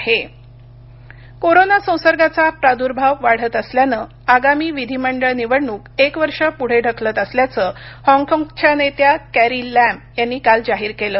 Hong Kong निवडणूक corona संसर्गाचा प्रादुर्भाव वाढत असल्यानं आगामी विधिमंडळ निवडणूक एक वर्ष पुढे ढकलत असल्याचं हॉगकॉगच्या नेत्या कॅरी लॅम यांनी काल जाहीर केल